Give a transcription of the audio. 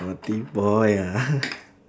naughty boy ah